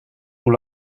hoe